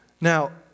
Now